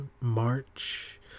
March